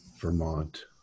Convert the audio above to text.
Vermont